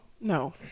no